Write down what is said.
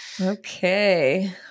okay